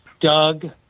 Doug